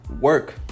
work